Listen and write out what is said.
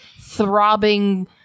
throbbing